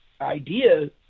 idea